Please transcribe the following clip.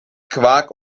quark